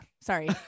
sorry